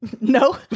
No